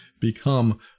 become